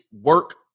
work